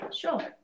Sure